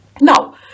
Now